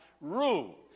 rule